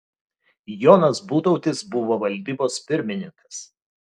jonas butautis buvo valdybos pirmininkas